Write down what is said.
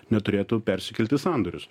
neturėtų persikelti į sandorius